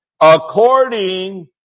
According